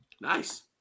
Nice